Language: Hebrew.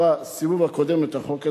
בסיבוב הקודם את החוק הזה,